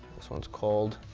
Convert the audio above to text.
this ones called,